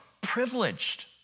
privileged